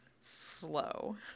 slow